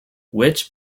which